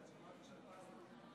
שמעתי שחיפשת אותי.